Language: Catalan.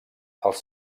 els